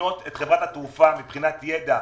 לבנות את חברת התעופה מבחינת ידע,